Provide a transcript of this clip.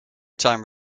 time